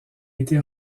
été